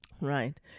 right